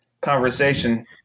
conversation